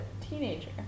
teenager